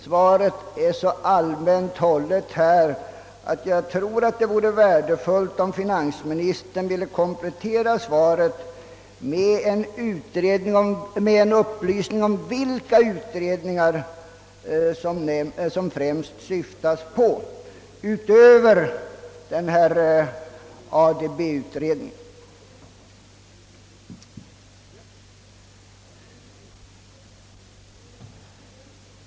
Svaret är så allmänt hållet att det vore värdefullt om finansministern ville komplettera det med en upplysning om vilka utredningar som främst åsyftas utöver den nämnda ADB-utredningen.